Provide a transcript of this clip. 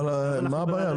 מה הבעיה?